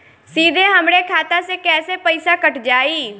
सीधे हमरे खाता से कैसे पईसा कट जाई?